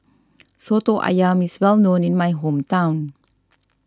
Soto Ayam is well known in my hometown